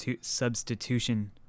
substitution